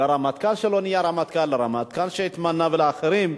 לרמטכ"ל שלא נהיה רמטכ"ל, לרמטכ"ל שהתמנה ולאחרים.